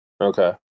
Okay